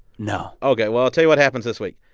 no ok, well, i'll tell you what happens this week.